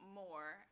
more